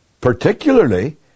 particularly